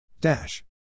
Dash